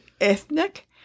ethnic